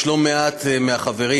יש לא מעט מהחברים,